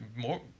more